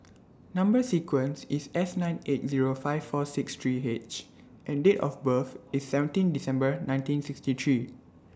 Number sequence IS S nine eight Zero five four six three H and Date of birth IS seventeen December nineteen sixty three